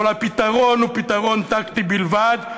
אבל הפתרון הוא פתרון טקטי בלבד.